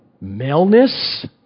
maleness